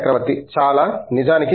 చక్రవర్తి చాలా నిజానికి